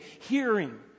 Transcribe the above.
hearing